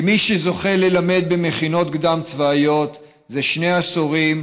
כמי שזוכה ללמד במכינות קדם-צבאיות זה שני עשורים